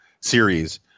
series